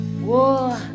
Whoa